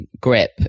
Grip